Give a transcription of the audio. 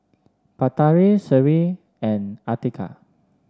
Batari Seri and Atiqah